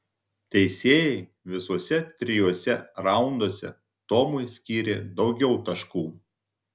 teisėjai visuose trijuose raunduose tomui skyrė daugiau taškų